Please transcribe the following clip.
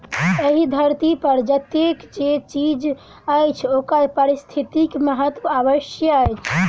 एहि धरती पर जतेक जे चीज अछि ओकर पारिस्थितिक महत्व अवश्य अछि